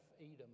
Edom